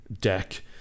deck